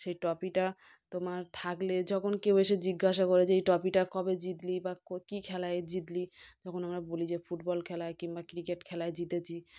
সেই ট্রফিটা তোমার থাকলে যখন কেও এসে জিজ্ঞাসা করে যে এই ট্রফিটা কবে জিতলি বা কি খেলায় জিতলি তখন আমরা বলি যে ফুটবল খেলায় কিংবা ক্রিকেট খেলায় জিতেছি